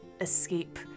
escape